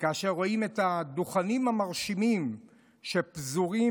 וכאשר רואים את הדוכנים המרשימים שפזורים